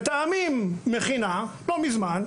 לא מזמן,